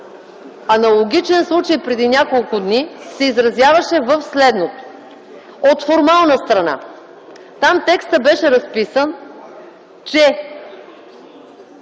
аналогичен случай преди няколко дни се изразява в следното. От формална страна, там текстът беше разписан, че